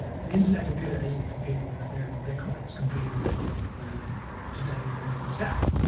the internet computer isn't competing with ethereum and bitcoin. it's competing with the today's legacy stack.